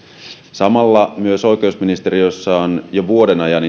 samalla myös oikeusministeriössä on itse asiassa jo vuoden ajan